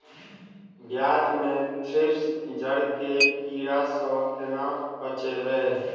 प्याज मे थ्रिप्स जड़ केँ कीड़ा सँ केना बचेबै?